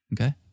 Okay